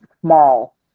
small